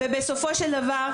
ובסופו של דבר,